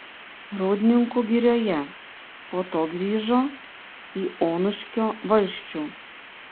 rūdninkų girioje po to grįžo į onuškio valsčių